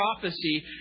prophecy